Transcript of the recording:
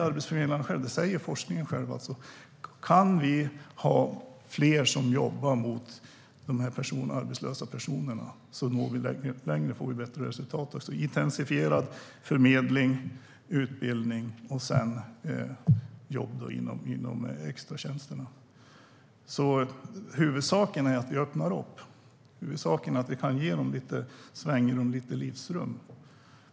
Arbetsförmedlarna själva och forskningen säger att om fler kan jobba med de arbetslösa personerna når vi längre och får bättre resultat. Det behövs alltså intensifierad förmedling, utbildning och sedan jobb inom extratjänsterna. Huvudsaken är att vi öppnar upp, att vi kan ge dem lite svängrum och lite livsrum.